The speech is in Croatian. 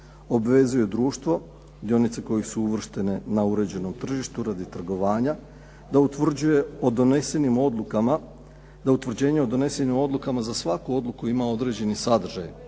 Obvezuje društvo, dionice kojih su uvrštene na uređenom tržištu radi trgovanja, da utvrđuje o donesenim odlukama, da utvrđenje